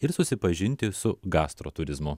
ir susipažinti su gastroturizmu